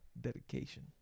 Dedication